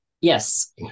Yes